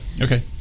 Okay